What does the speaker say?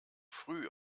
früh